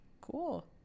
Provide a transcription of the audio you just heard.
cool